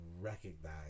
recognize